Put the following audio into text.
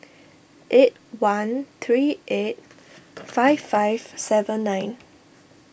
eight one three eight five five seven nine